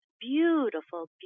beautiful